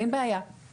אין בעיה,